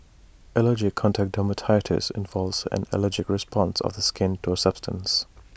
allergic contact dermatitis involves an allergic response of the skin to A substance